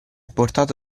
portato